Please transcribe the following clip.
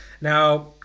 Now